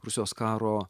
rusijos karo